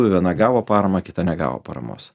viena gavo paramą kita negavo paramos